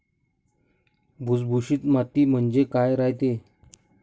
भुसभुशीत माती म्हणजे काय रायते?